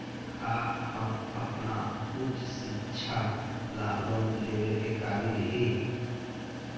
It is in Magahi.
का हम अपन उच्च शिक्षा ला लोन लेवे के काबिल ही?